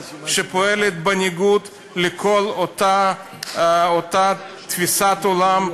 שפועלת בניגוד לכל אותה תפיסת עולם,